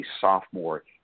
sophomore